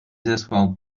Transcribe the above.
zesłał